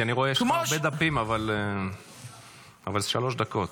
כי אני רואה שיש לך הרבה דפים אבל זה שלוש דקות.